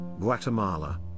Guatemala